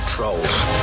Trolls